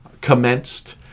commenced